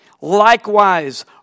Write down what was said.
Likewise